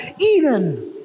Eden